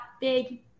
big